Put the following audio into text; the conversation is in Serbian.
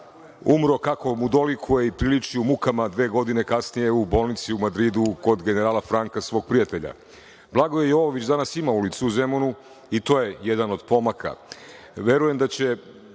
umro, kako mu dolikuje i priliči u mukama, dve godine kasnije u bolnici u Madridu, kod generala Franka, svog prijatelja. Blagoje Jovović danas ima ulicu u Zemunu i to je jedan od pomaka. Verujem da će